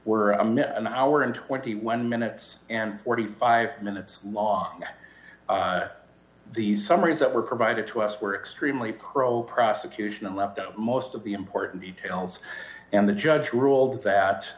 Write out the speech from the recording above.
were an hour and twenty one minutes and forty five minutes long the summaries that were provided to us were extremely pro prosecution and left most of the important details and the judge ruled that